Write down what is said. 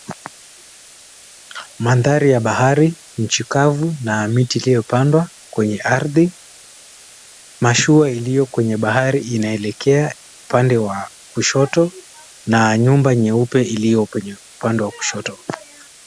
Mandhari ya bahari, nchi kavu na miti iliyopandwa kwenye ardhi, mashua iliyo kwenye bahari inaelekea upande wa kushoto na nyumba nyeupe iliyo kwenye upande wa kushoto.